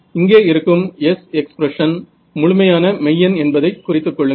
இங்கே இருக்கும் S expression முழுமையான மெய்யெண் என்பதை குறித்துக் கொள்ளுங்கள்